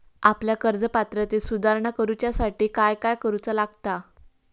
आपल्या कर्ज पात्रतेत सुधारणा करुच्यासाठी काय काय करूचा लागता?